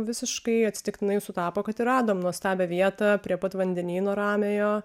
visiškai atsitiktinai sutapo kad ir radom nuostabią vietą prie pat vandenyno ramiojo